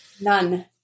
None